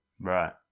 Right